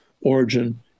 origin